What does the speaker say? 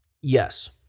yes